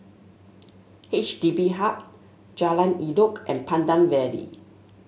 H D B Hub Jalan Elok and Pandan Valley